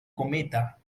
cometa